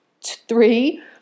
three